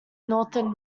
northern